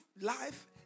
life